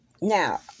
Now